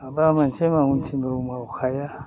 माबा मोनसे मावनो थिनाब्लाबो मावखाया